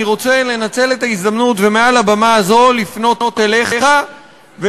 אני רוצה לנצל את ההזדמנות ומעל הבמה הזו לפנות אליך ולבקש